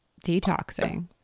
detoxing